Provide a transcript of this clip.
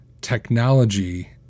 technology